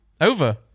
over